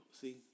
See